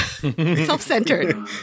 Self-centered